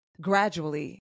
gradually